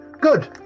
Good